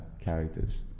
characters